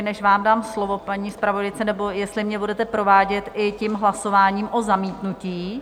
Než vám dám slovo, paní zpravodajko, nebo jestli mě budete provádět i tím hlasováním o zamítnutí?